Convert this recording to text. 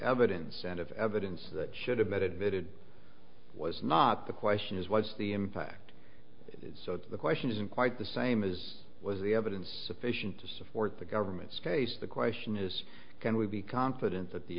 evidence and of evidence that should have been admitted was not the question is what's the impact so the question isn't quite the same is was the evidence sufficient to support the government's case the question is can we be confident that the